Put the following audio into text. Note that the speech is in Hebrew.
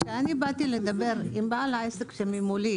כשאני באתי לדבר עם בעל העסק שמולי,